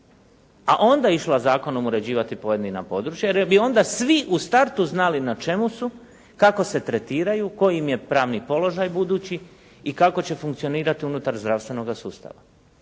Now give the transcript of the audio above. a onda išla zakonom uređivati pojedina područja, jer bi onda svi u startu znali na čemu su, kako se tretiraju, koji im je pravni položaj budući kako će funkcionirati unutar zdravstvenoga sustava.